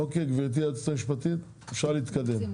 אוקיי, גבירתי היועצת המשפטית, אפשר להתקדם.